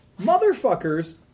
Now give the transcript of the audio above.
motherfuckers